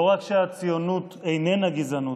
לא רק שהציונות איננה גזענות,